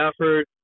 effort